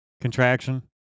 contraction